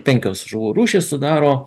penkios žuvų rūšys sudaro